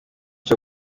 cyo